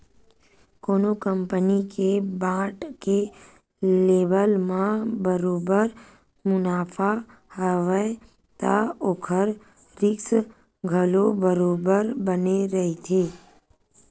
कोनो कंपनी के बांड के लेवब म बरोबर मुनाफा हवय त ओखर रिस्क घलो बरोबर बने रहिथे